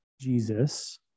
Jesus